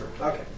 Okay